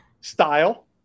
Style